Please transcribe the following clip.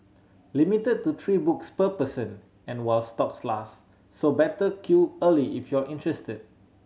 limit to three books per person and while stocks last so better queue early if you're interested